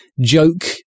joke